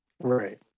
Right